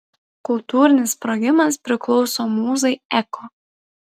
kultūrinis sprogimas priklauso mūzai eko